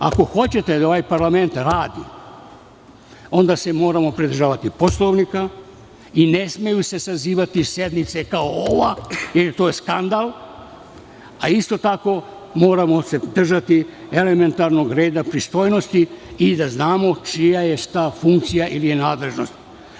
Ako hoćete da ovaj parlament radi, onda se moramo pridržavati Poslovnika i ne smeju se sazivati sednice kao ova, jer to je skandal, a isto tako moramo se držati elementarnog reda pristojnosti i da znamo čija je šta funkcija ili nadležnost.